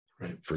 Right